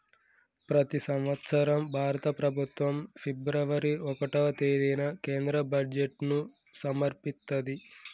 ప్రతి సంవత్సరం భారత ప్రభుత్వం ఫిబ్రవరి ఒకటవ తేదీన కేంద్ర బడ్జెట్ను సమర్పిత్తది